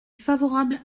favorable